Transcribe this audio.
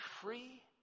free